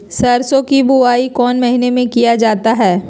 सरसो की बोआई कौन महीने में किया जाता है?